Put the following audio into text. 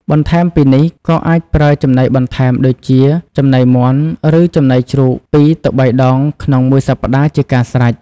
បន្ថែមពីនេះក៏អាចប្រើចំណីបន្ថែមដូចជាចំណីមាន់ ឬ ចំណីជ្រូក២ទៅ៣ដងក្នុងមួយសប្ដាហ៍ជាការស្រេច។